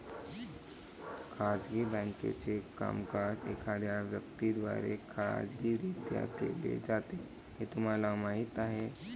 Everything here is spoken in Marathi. खाजगी बँकेचे कामकाज एखाद्या व्यक्ती द्वारे खाजगीरित्या केले जाते हे तुम्हाला माहीत आहे